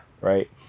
Right